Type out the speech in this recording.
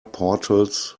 portals